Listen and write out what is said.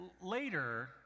later